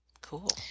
Cool